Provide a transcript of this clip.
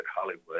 Hollywood